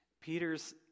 Peter's